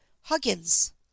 Huggins